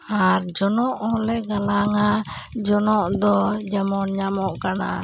ᱟᱨ ᱡᱚᱱᱚᱜ ᱦᱚᱸ ᱞᱮ ᱜᱟᱞᱟᱝᱼᱟ ᱡᱚᱱᱚᱜ ᱫᱚ ᱡᱮᱢᱚᱱ ᱧᱟᱢᱚᱜ ᱠᱟᱱᱟ